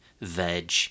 veg